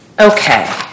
Okay